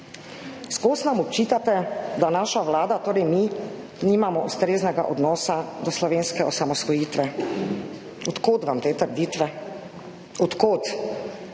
čas nam očitate, da naša vlada, torej mi nimamo ustreznega odnosa do slovenske osamosvojitve. Od kod vam te trditve? Od kod?